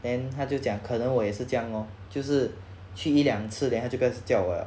then 他就讲可能我也是这样 lor 就是去一两次 then 他就不要再叫我 liao